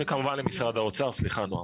וכמובן למשרד האוצר, סליחה נועם.